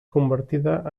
convertida